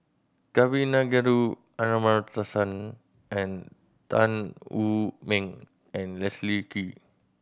Kavignareru Amallathasan and Tan Wu Meng and Leslie Kee